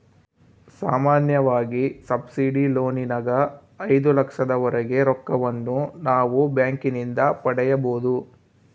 ಸಾಮಾನ್ಯವಾಗಿ ಸಬ್ಸಿಡಿ ಲೋನಿನಗ ಐದು ಲಕ್ಷದವರೆಗೆ ರೊಕ್ಕವನ್ನು ನಾವು ಬ್ಯಾಂಕಿನಿಂದ ಪಡೆಯಬೊದು